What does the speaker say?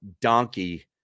donkey